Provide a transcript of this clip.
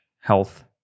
health